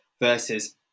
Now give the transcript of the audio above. versus